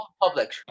Public